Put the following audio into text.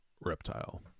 Reptile